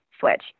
switch